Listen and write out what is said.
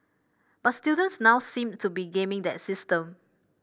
but students now seem to be gaming that system